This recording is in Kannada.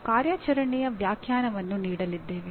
ನಾವು ಕಾರ್ಯಾಚರಣೆಯ ವ್ಯಾಖ್ಯಾನವನ್ನು ನೀಡಲಿದ್ದೇವೆ